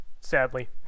sadly